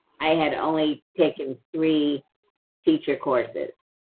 i had only taken three teacher courses,